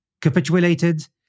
capitulated